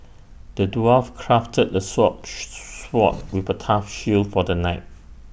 the dwarf crafted A sword sword with A tough shield for the knight